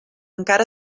encara